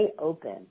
open